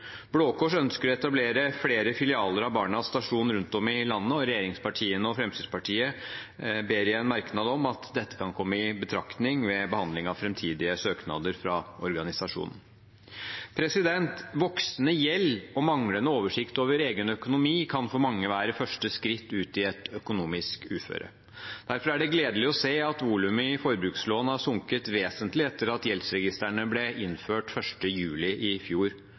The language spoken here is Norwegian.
ønsker å etablere flere filialer av Barnas Stasjon rundt om i landet, og regjeringspartiene og Fremskrittspartiet ber i en merknad om at dette kan komme i betraktning ved behandling av framtidige søknader fra organisasjonen. Voksende gjeld og manglende oversikt over egen økonomi kan for mange være første skritt ut i et økonomisk uføre. Derfor er det gledelig å se at volumet i forbrukslån har sunket vesentlig etter at gjeldsregistrene ble innført 1. juli i fjor.